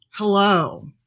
hello